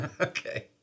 Okay